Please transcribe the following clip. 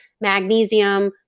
magnesium